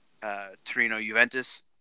Torino-Juventus